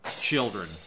children